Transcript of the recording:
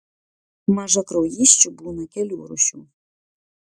mažakraujysčių būna kelių rūšių